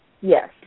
Yes